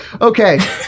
Okay